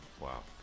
wow